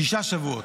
שישה שבועות.